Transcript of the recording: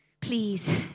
please